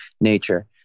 nature